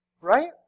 Right